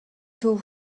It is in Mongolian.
төв